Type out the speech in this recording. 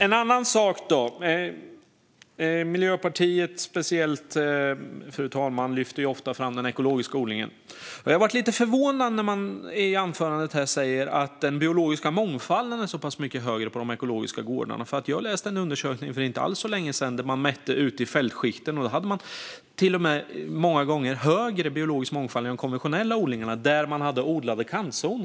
En annan sak gäller att speciellt Miljöpartiet ofta lyfter fram den ekologiska odlingen. Jag blev lite förvånad när jag i anförandet hörde det sägas att den biologiska mångfalden är så pass mycket större på de ekologiska gårdarna. Jag läste nämligen för inte särskilt länge sedan en undersökning där man hade mätt ute i fältskikten. Många gånger var det till och med större biologisk mångfald i konventionella odlingar där man har odlade kantzoner.